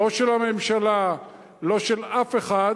לא של הממשלה, לא של אף אחד,